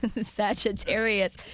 Sagittarius